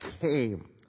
came